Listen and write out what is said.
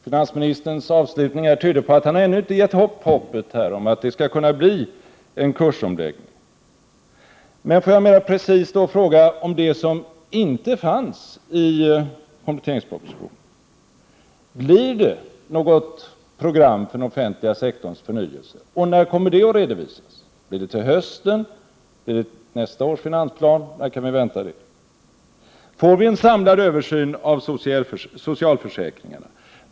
Finansministerns avslutning tyder på att han ännu inte har gett upp hoppet om att det skulle kunna bli en kursomläggning. Får jag då fråga om det som inte finns med i kompletteringspropositionen blir något program för den offentliga sektorns förnyelse, och när kommer det i så fall att presenteras? Blir det till hösten, till nästa års finansplan eller när kan vi vänta det? Får vi en samlad översyn av socialförsäkringarna?